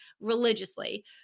religiously